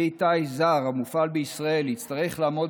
כלי טיס זר המופעל בישראל יצטרך לעמוד